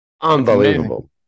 Unbelievable